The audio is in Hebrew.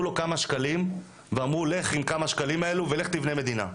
לו כמה שקלים ואמרו לו ללכת איתם לבנות מדינה.